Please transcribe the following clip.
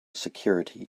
security